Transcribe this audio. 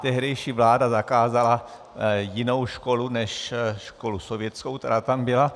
Tehdejší vláda zakázala jinou školu než školu sovětskou, která tam byla.